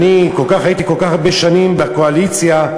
הייתי כל כך הרבה שנים בקואליציה,